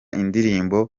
indirimbo